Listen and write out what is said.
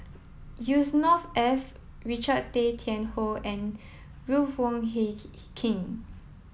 Yusnor Ef Richard Tay Tian Hoe and Ruth Wong Hie King